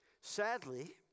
Sadly